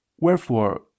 wherefore